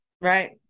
Right